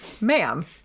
ma'am